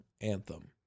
anthem